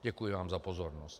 Děkuji vám za pozornost.